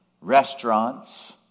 restaurants